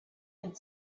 had